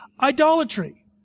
idolatry